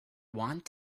want